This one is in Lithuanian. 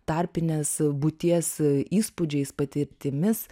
tarpinės būties įspūdžiais patirtimis